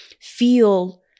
feel